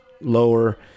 lower